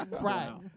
Right